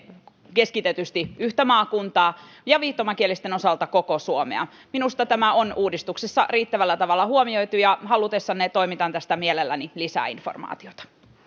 keskitetysti yhtä maakuntaa ja viittomakielisten osalta koko suomea minusta tämä on uudistuksessa riittävällä tavalla huomioitu ja halutessanne toimitan tästä mielelläni lisäinformaatiota